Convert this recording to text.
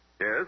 Yes